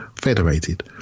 federated